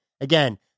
Again